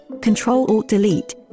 Control-Alt-Delete